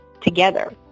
together